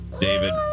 David